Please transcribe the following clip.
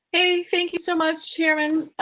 thank you so much chairman.